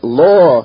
law